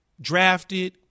drafted